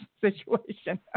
situation